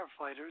firefighters